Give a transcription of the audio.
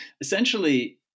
essentially